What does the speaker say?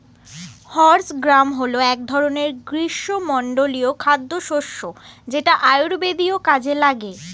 horse gram হল এক ধরনের গ্রীষ্মমণ্ডলীয় খাদ্যশস্য যেটা আয়ুর্বেদীয় কাজে লাগে